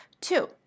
Two